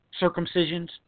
circumcisions